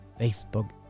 Facebook